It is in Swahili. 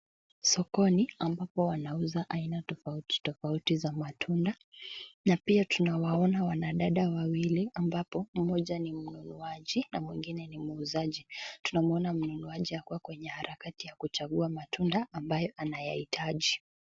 Sokoni ambapo wanauza aina tofauti tofauti za matunda, na pia tunawaona dada wawili ambapo mmoja ni mnunuaji na mwingine ni muuzaji. Tunamuona mununuaji akiwa kwenye harakati ya kuchagua matunda ambayo anayahitaji.